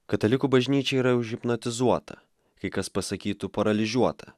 katalikų bažnyčia yra užhipnotizuota kai kas pasakytų paralyžiuota